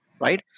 Right